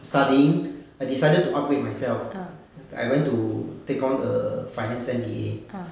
studying I decided to upgrade myself I went to take on err finance M_B_A